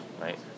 Right